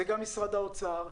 זה גם משרד האוצר,